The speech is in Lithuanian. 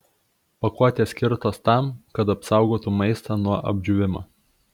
pakuotės skirtos tam kad apsaugotų maistą nuo apdžiūvimo